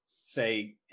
say